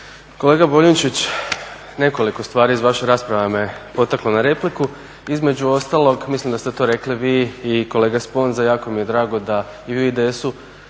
Kolega Boljunčić nekoliko stvari iz vaše rasprave me potaklo na repliku, između ostalog mislim da ste to rekli vi i kolega Sponza jako mi je draga da vi u